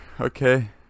okay